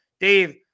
Dave